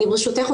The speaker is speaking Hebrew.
ברשותך,